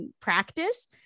practice